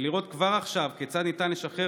ולראות כבר עכשיו כיצד ניתן לשחרר